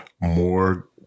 more